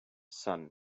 son